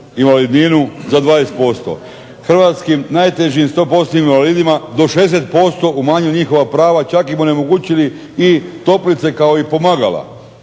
invalidninu za 20%. Hrvatskim najtežim sto postotnim invalidima do 60% umanjili njihova prava. Čak im onemogućili i toplice kao i pomagala.